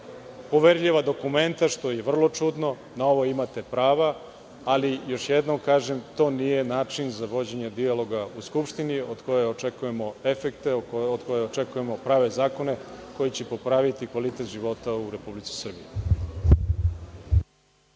poverljiva dokumenta, što je vrlo čudno, na ovo imate prava, ali još jednom kaže, to nije način za vođenje dijaloga u Skupštini, od koje očekujemo efekte, od koje očekujemo prave zakone koji će popraviti kvalitet života u Republici Srbiji.